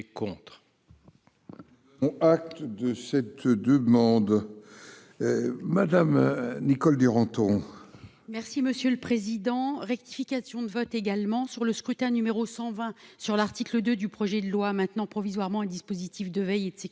Acte de cette demande Madame Nicole Duranton. Merci Monsieur le Président, rectification de vote également sur le scrutin, numéro 120 sur l'article 2 du projet de loi maintenant provisoirement un dispositif de veille et de sécurité